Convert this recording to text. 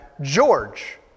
George